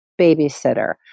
babysitter